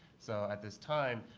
so at this time,